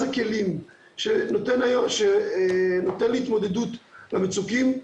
שנותן לי התמודדות עם המצוקים,